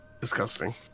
disgusting